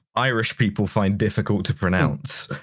irish people find difficult to pronounce.